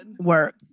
Work